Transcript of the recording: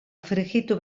frijitu